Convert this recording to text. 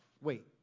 wait